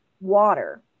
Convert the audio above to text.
water